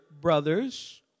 brothers